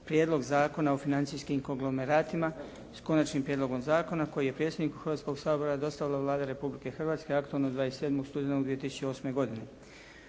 Prijedlog zakona o financijskim konglomeratima s Konačnim prijedlogom zakona koji je predsjedniku Hrvatskog sabora dostavila Vlada Republike Hrvatske aktom od 27. studenoga 2008. godine.